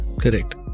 Correct